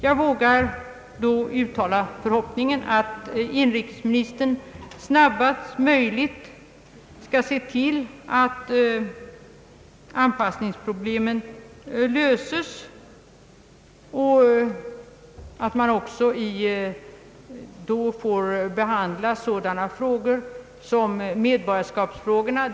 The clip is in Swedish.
Jag hoppas att inrikesministern snarast möjligt skall se till att anpassningsproblemen löses och att man då även får behandla sådana frågor som medborgarskapsfrågorna.